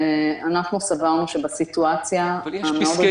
אנחנו סברנו שבסיטואציה --- אבל יש פסקי